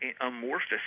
amorphous